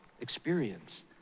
experience